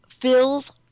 fills